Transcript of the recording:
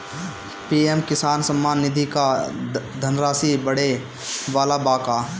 PM किसान सम्मान निधि क धनराशि बढ़े वाला बा का?